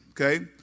Okay